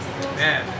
Man